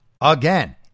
Again